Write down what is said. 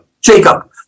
Jacob